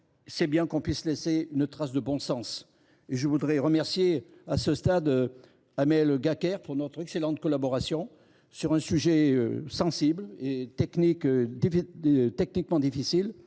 est bon que l’on puisse laisser une trace de bon sens. Je voudrais remercier Amel Gacquerre de notre excellente collaboration sur un sujet sensible et techniquement difficile,